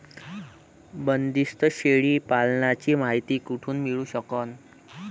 बंदीस्त शेळी पालनाची मायती कुठून मिळू सकन?